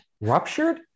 Ruptured